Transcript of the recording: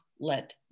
let